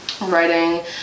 Writing